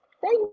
thank